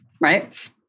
right